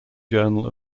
journal